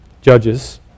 judges